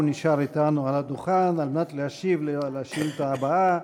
הוא נשאר אתנו על הדוכן על מנת להשיב על השאילתה הבאה,